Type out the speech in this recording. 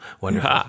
Wonderful